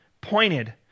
pointed